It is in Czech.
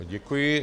Děkuji.